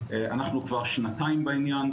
אנחנו כבר שנתיים בעניין,